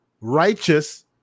righteous